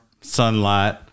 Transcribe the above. sunlight